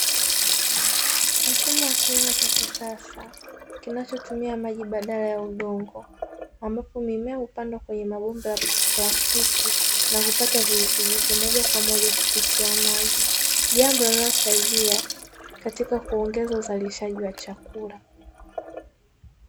Mfumo wa kilimo cha kisasa kinachotumia maji badala ya udongo ambapo mimea hupandwa kwenye mabomba ya plastiki na kupata virutubisho moja kwa moja kupitia maji, jambo linasaidia katika kuongeza uzalishaji wa chakula.